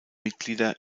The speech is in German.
mitglieder